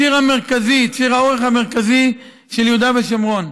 הציר המרכזי, ציר האורך המרכזי של יהודה ושומרון.